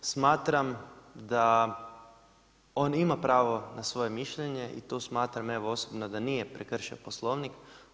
Smatram da on ima pravo na svoje mišljenje i tu smatram osobno da nije prekršio Poslovnik.